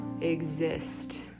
exist